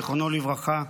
זיכרונו לברכה,